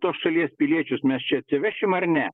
tos šalies piliečius mes čia atsivešim ar ne